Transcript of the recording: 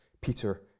Peter